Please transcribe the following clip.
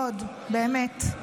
מאוד, באמת.